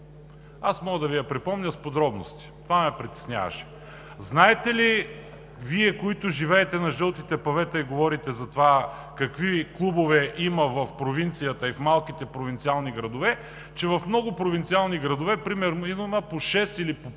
Аз мога да Ви я припомня с подробности – това ме притесняваше. Знаете ли Вие, които живеете на жълтите павета и говорите за това, какви клубове има в провинцията и в малките провинциални градове, че в много провинциални градове примерно има по шест или по